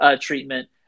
treatment